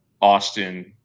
Austin